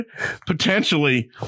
potentially